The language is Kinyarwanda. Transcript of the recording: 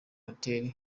hotel